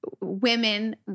women